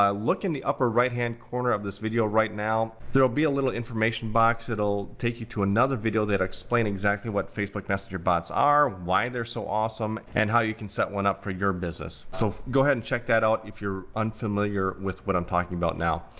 look in the upper right-hand corner of this video right now. there'll be a little information box that'll take you to another video that will explain exactly what facebook messenger bots are, why they're so awesome, and how you can set one up for your business. so go ahead and check that out if you're unfamiliar with what i'm talking about now.